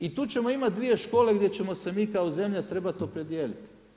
I tu ćemo imati dvije škole gdje ćemo se mi kao zemlja trebati opredijeliti.